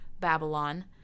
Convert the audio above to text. Babylon